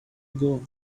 ago